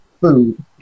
food